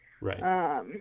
Right